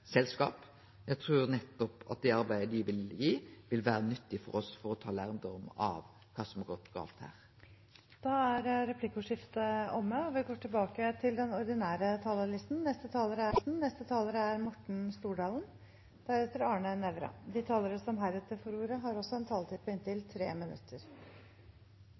selskap. Eg trur at det arbeidet dei vil gjere, vil vere nyttig for oss for å få lærdom om kva som har gått gale. Replikkordskiftet er omme. De talere som heretter får ordet, har også en taletid på inntil 3 minutter. Det har siden 2013 vært en formidabel satsing på jernbaneutbygging i Norge. Det har